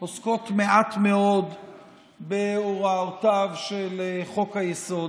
עוסקות מעט מאוד בהוראותיו של חוק-היסוד.